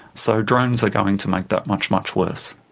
so drones are going to make that much, much worse.